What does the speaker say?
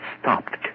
stopped